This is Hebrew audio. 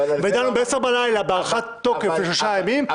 ודנו בעשר בלילה בהארכת תוקף לשלושה ימים,